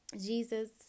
Jesus